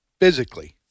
Physically